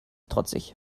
trotzig